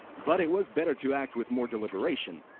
but it was better to act with more deliberation.